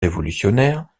révolutionnaires